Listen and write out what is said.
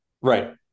Right